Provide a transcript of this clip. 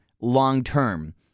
long-term